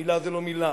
מלה זה לא מלה,